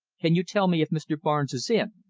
can you tell me if mr. barnes is in?